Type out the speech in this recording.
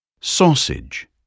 sausage